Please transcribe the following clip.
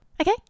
okay